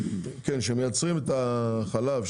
שמייצרים את החלב,